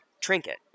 trinket